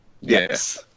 yes